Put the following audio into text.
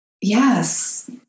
Yes